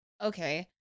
Okay